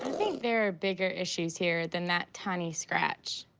think there are bigger issues here than that tiny scratch.